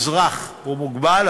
אזרח מוגבל,